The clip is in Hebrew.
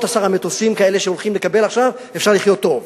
עשרה מטוסים כאלה שהולכים לקבל עכשיו אפשר לחיות טוב.